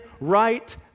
right